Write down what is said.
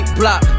block